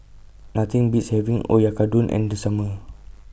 Nothing Beats having Oyakodon in The Summer